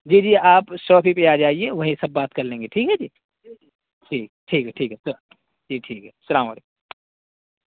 جی جی آپ شاپ ہی پہ آجائیے وہیں سب بات کرلیں گے ٹھیک ہے جی ٹھیک ٹھیک ہے ٹھیک ہے سر جی ٹھیک ہے سلام علیکم